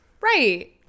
right